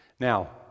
Now